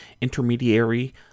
intermediary